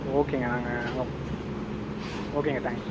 ஓகேங்க நாங்கள் ஓகேங்க தேங்க்ஸ்